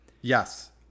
yes